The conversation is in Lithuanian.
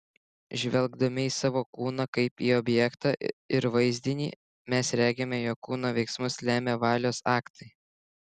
žvelgdami į savo kūną kaip į objektą ir vaizdinį mes regime jog kūno veiksmus lemia valios aktai